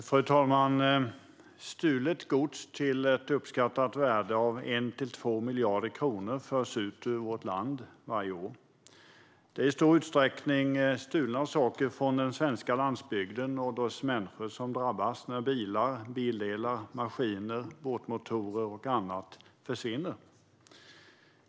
Fru talman! Stulet gods till ett uppskattat värde av 1-2 miljarder kronor förs ut ur vårt land varje år. Det är i stor utsträckning saker stulna från den svenska landsbygden. Människor drabbas när bilar, bildelar, maskiner, båtmotorer och annat försvinner.